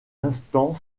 instant